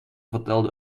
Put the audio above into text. vertelde